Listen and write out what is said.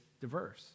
diverse